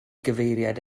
gyfeiriad